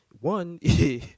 one